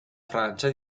francia